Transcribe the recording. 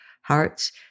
hearts